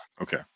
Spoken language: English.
Okay